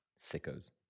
Sickos